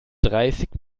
dreißig